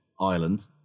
Ireland